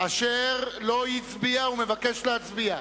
אשר לא הצביע ומבקש להצביע?